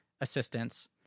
assistance